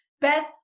beth